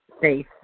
faith